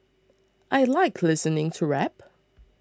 I like listening to rap